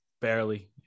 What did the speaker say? Barely